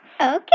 Okay